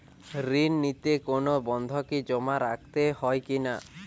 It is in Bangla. ঋণ নিতে কোনো বন্ধকি জমা রাখতে হয় কিনা?